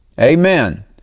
Amen